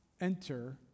enter